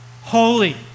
holy